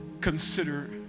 Consider